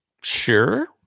Sure